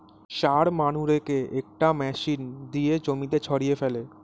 সার মানুরেকে একটা মেশিন দিয়ে জমিতে ছড়িয়ে ফেলে